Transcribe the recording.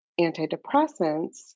antidepressants